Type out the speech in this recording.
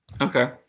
Okay